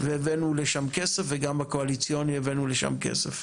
והבאנו לשם כסף וגם בקואליציוני הבאנו לשם כסף.